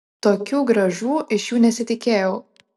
tokių grąžų iš jų nesitikėjau